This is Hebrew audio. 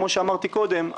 כמו שאמרתי קודם,